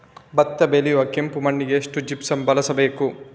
ಭತ್ತ ಬೆಳೆಯುವ ಕೆಂಪು ಮಣ್ಣಿಗೆ ಎಷ್ಟು ಜಿಪ್ಸಮ್ ಬಳಸಬೇಕು?